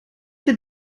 denn